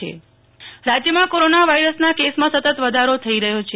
નેહ્લ ઠક્કર રાજય કોરોના રાજ્યમાં કોરોના વાયરસના કેસમાં સતત વધારો થઈ રહ્યો છે